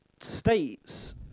states